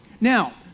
Now